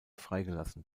freigelassen